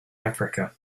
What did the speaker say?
africa